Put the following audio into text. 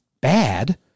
bad